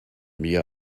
mir